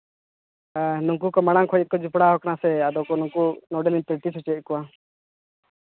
ᱦᱳᱭ ᱱᱩᱝᱠᱩ ᱠᱚ ᱢᱟᱲᱟᱝ ᱠᱷᱚᱡ ᱠᱚ ᱡᱚᱯᱲᱟᱣ ᱠᱟᱱᱟ ᱥᱮ ᱟᱫᱚ ᱠᱚ ᱱᱩᱠᱩ ᱱᱚᱸᱰᱮ ᱞᱤᱧ ᱯᱨᱮᱠᱴᱤᱥ ᱦᱚᱪᱚᱭᱮᱫ ᱠᱚᱣᱟ